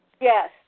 Yes